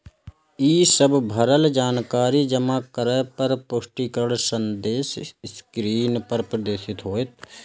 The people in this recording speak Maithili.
ई सब भरल जानकारी जमा करै पर पुष्टिकरण संदेश स्क्रीन पर प्रदर्शित होयत